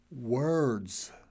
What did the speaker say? words